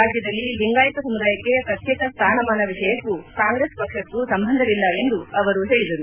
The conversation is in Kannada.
ರಾಜ್ಯದಲ್ಲಿ ಲಿಂಗಾಯಿತ ಸಮುದಾಯಕ್ಕೆ ಪ್ರತ್ಯೇಕ ಸ್ಥಾನ ಮಾನ ವಿಷಯಕ್ಕೂ ಕಾಂಗ್ರೆಸ್ ಪಕ್ಷಕ್ಕೂ ಸಂಬಂಧವಿಲ್ಲ ಎಂದು ಅವರು ಹೇಳಿದರು